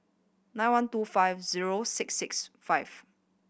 nine one two five zero six six five